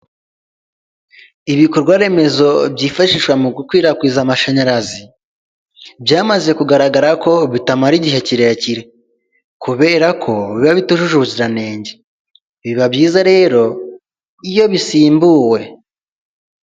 Ibikorwaremezo byifashishwa mu gukwirakwiza amashanyarazi, byamaze kugaragara ko bitamara igihe kirekire, kubera ko biba bitujuje ubuziranenge, biba byiza rero iyo bisimbuwe.